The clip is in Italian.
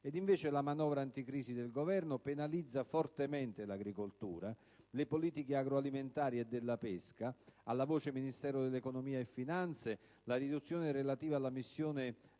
Ed invece la manovra anticrisi del Governo penalizza fortemente l'agricoltura, le politiche agroalimentari e della pesca: alla voce «Ministero dell'economia e delle finanze», la riduzione relativa alla missione